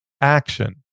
action